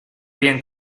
bien